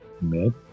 mid